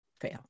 fail